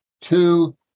two